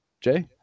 Jay